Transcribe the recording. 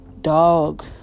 dog